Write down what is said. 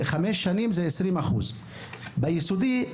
שבחמש שנים זה 20%. ביסודי,